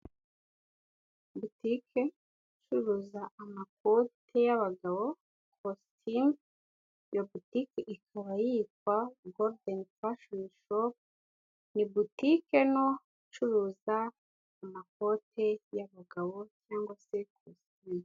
Butike icuruza amakote y'abagabo kositimu, iyo botike ikaba yitwa gorudeni fashoni shopu ni botikento igucuruza amakote y'abagabo cyangwa se kositimu.